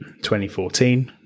2014